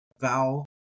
vowel